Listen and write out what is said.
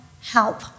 help